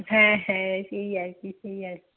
হ্যাঁ হ্যাঁ সেই আর কি সেই আর